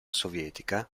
sovietica